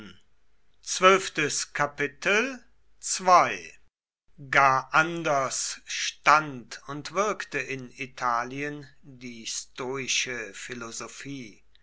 gar anders stand und wirkte in italien die stoische philosophie